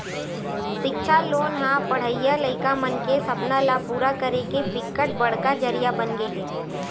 सिक्छा लोन ह पड़हइया लइका मन के सपना ल पूरा करे के बिकट बड़का जरिया बनगे हे